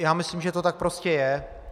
Já myslím, že to tak prostě je.